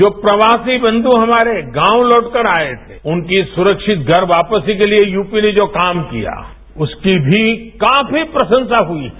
जो प्रवासी बंबू हमारे गांव लौटकर आए थे उनकी सुरक्षित घर वापसी के लिए यूपी ने जो काम किया उसकी भी काफी प्रसंसा हुई है